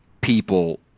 people